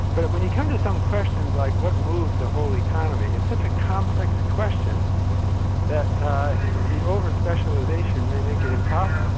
but when you come to some questions like what moves the whole economy, it's such a complex question that the over-specialization may make it impossible.